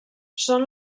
són